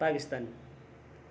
Pakistan